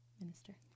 minister